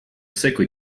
sickly